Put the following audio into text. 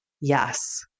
yes